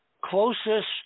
closest